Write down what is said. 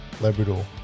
Labrador